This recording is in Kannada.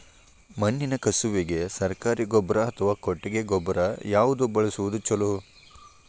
ಮಣ್ಣಿನ ಕಸುವಿಗೆ ಸರಕಾರಿ ಗೊಬ್ಬರ ಅಥವಾ ಕೊಟ್ಟಿಗೆ ಗೊಬ್ಬರ ಯಾವ್ದು ಬಳಸುವುದು ಛಲೋ?